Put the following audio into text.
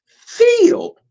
feel